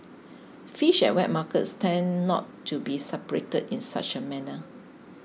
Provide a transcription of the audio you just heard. fish at wet markets tend not to be separated in such a manner